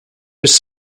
was